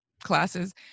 classes